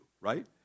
right